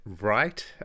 right